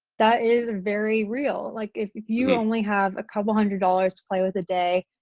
that is very real like if you only have a couple hundred dollars to play with a day,